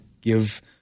give